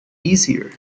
easier